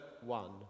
one